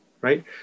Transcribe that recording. right